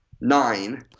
nine